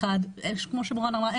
כמו שמורן אמרה,